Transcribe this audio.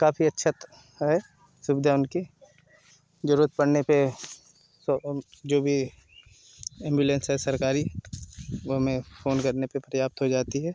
काफी अच्छा है सुविधा उनकी सुविधा उनकी जरूरत पड़ने पर सो जो भी एम्बुलेंस है सरकारी वो हमें फोन करने पर प्राप्त हो जाती है